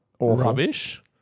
rubbish